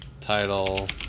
Title